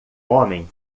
homem